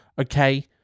okay